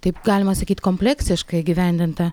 taip galima sakyt kompleksiškai įgyvendinta